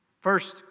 First